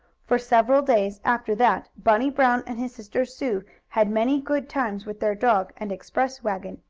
for several days after that bunny brown and his sister sue had many good times with their dog and express wagon.